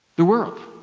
the world,